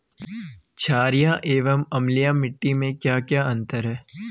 छारीय एवं अम्लीय मिट्टी में क्या क्या अंतर हैं?